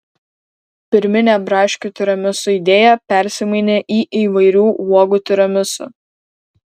pirminė braškių tiramisu idėja persimainė į įvairių uogų tiramisu